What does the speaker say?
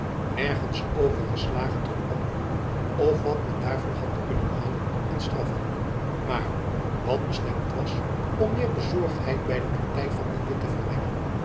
nergends overgeslagen tot oproer of wat men daarvoor had kunnen houden en straffen maar wat bestemd was om meer bezorgdheid by de party van de witt te verwekken